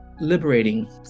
liberating